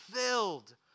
filled